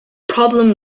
problem